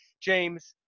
James